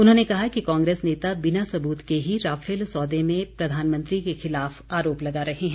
उन्होंने कहा कि कांग्रेस नेता बिना सबूत के ही राफेल सौदे में प्रधानमंत्री के खिलाफ आरोप लगा रहे हैं